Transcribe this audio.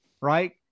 right